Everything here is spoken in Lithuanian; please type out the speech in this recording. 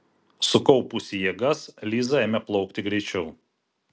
sukaupusi jėgas liza ėmė plaukti greičiau